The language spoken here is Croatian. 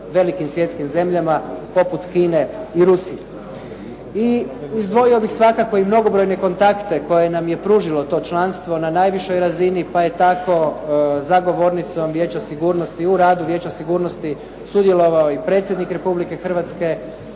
velikim svjetskim zemljama poput Kine i Rusije. I izdvojio bih svakako i mnogobrojne kontakte koje nam je pružilo to članstvo na najvišoj razini, pa je tako za govornicom Vijeća sigurnosti, u radu Vijeća sigurnosti sudjelovao i predsjednik Republike Hrvatske,